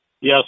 Yes